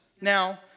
Now